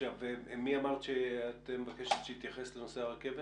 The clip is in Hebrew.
מי אמרת שאת מבקשת שיתייחס לנושא הרכבת?